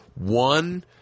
one